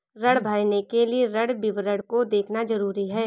ऋण भरने के लिए ऋण विवरण को देखना ज़रूरी है